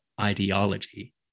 ideology